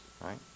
right